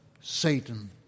Satan